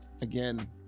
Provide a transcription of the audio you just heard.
again